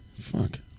Fuck